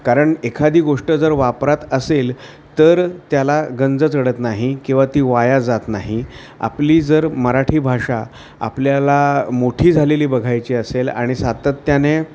कारण एखादी गोष्ट जर वापरात असेल तर त्याला गंज चढत नाही किंवा ती वाया जात नाही आपली जर मराठी भाषा आपल्याला मोठी झालेली बघायची असेल आणि सातत्याने